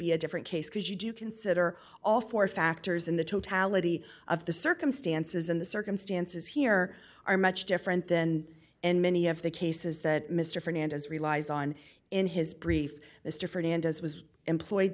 be a different case because you do consider all four factors in the totality of the circumstances and the circumstances here are much different than in many of the cases that mr fernandez relies on in his brief mr fernandez was employed